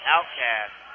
Outcast